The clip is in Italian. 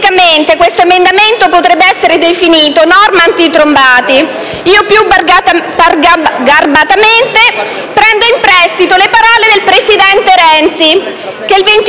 questo emendamento potrebbe essere definito «norma anti-trombati». Io, più garbatamente, prendo in prestito le parole del presidente Renzi,